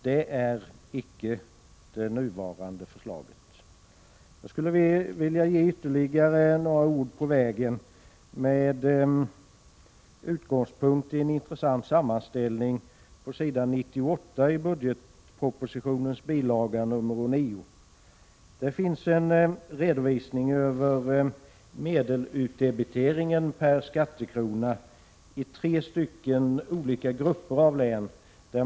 Det är icke det nuvarande förslaget. Jag skulle vilja skicka med ytterligare några ord på vägen med utgångspunktii en intressant sammanställning på s. 98 i budgetpropositionens bil. 9. Där finns en redovisning över medelsutdebiteringen per skattekrona i tre olika grupper av län.